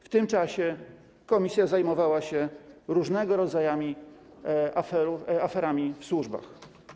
W tym czasie komisja zajmowała się różnego rodzaju aferami w służbach.